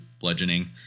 bludgeoning